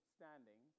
standing